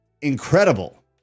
incredible